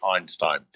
Einstein